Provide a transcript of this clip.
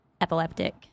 epileptic